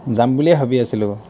যাম বুলিয়ে ভাবি আছিলোঁ